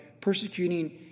persecuting